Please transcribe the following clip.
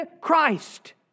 Christ